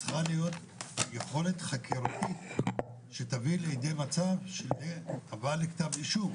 צריכה להיות יכולת חקירתית שתביא לידי מצב של הבאה לידי כתב אישום.